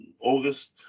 August